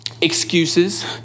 Excuses